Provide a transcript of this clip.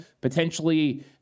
potentially